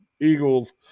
Eagles